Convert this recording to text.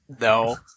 No